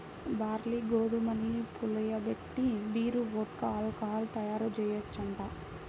barley, గోధుమల్ని పులియబెట్టి beer, vodka, alcohol తయ్యారుజెయ్యొచ్చంట